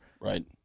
Right